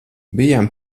bijām